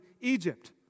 Egypt